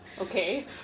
Okay